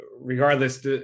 Regardless